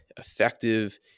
effective